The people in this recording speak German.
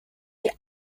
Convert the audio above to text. die